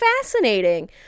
fascinating